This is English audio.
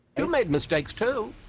you made mistakes too.